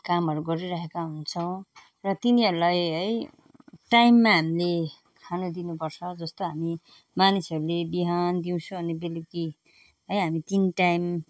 कामहरू गरिरहेका हुन्छौँ र तिनीहरूलाई है टाइममा हामीले खानु दिनु पर्छ जस्तो हामी मानिसहरूले बिहान दिउँसो अनि बेलुकी है हामी तिन टाइम